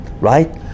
right